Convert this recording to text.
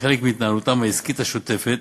כחלק מהתנהלותם העסקית השוטפת,